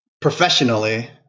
Professionally